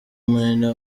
munini